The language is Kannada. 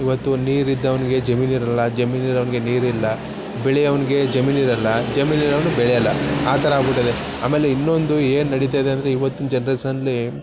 ಮತ್ತು ನೀರು ಇದ್ದವ್ನಿಗೆ ಜಮೀನಿರೋಲ್ಲ ಜಮೀನು ಇರೋವ್ನಿಗೆ ನೀರಿಲ್ಲ ಬೆಳಿಯೋವ್ನಿಗೆ ಜಮೀನಿರೋಲ್ಲ ಜಮೀನು ಇರೋವನು ಬೆಳೆಯೋಲ್ಲ ಆ ಥರ ಆಗ್ಬಿಟ್ಟಿದೆ ಆಮೇಲೆ ಇನ್ನೊಂದು ಏನು ನಡೀತ ಇದೆ ಅಂದರೆ ಇವತ್ತಿನ ಜನ್ರೇಶನ್ನಲ್ಲಿ